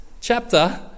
chapter